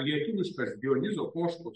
lietuviškas dionizo poškos